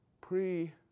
pre